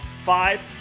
five